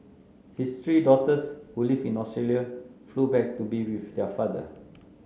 his three daughters who live in Australia flew back to be with their father